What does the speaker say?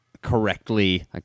correctly